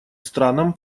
странам